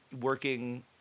working